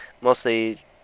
mostly